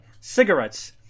cigarettes